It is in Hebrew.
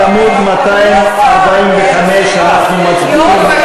בסעיף 55 יש עוד פעם אפס.